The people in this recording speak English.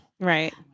Right